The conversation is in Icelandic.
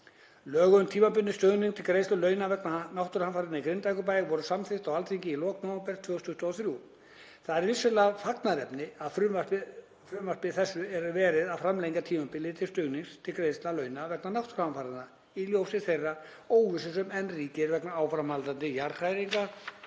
Lög um tímabundinn stuðning til greiðslu launa vegna náttúruhamfaranna í Grindavíkurbæ voru samþykkt á Alþingi í lok nóvember 2023. Það er vissulega fagnaðarefni að með frumvarpi þessu er verið að framlengja tímabilið til stuðnings til greiðslu launa vegna náttúruhamfaranna í ljósi þeirrar óvissu sem enn ríkir vegna áframhaldandi jarðhræringa